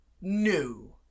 new